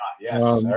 Yes